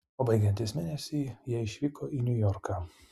o baigiantis mėnesiui jie išvyko į niujorką